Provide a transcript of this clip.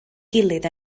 gilydd